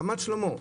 רמת שלמה.